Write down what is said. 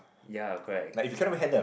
ya correct it's like